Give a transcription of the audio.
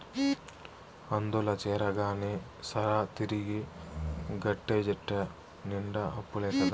అందుల చేరగానే సరా, తిరిగి గట్టేటెట్ట నిండా అప్పులే కదా